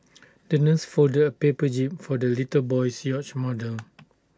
the nurse folded A paper jib for the little boy's yacht model